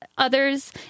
others